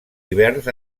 hiverns